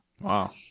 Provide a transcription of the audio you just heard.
Wow